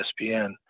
ESPN